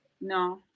No